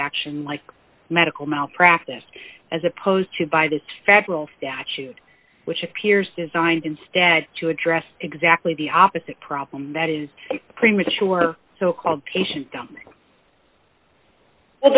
action like medical malpractise as opposed to by the federal statute which appears designed instead to address exactly the opposite problem that is premature so called patient